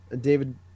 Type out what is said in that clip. David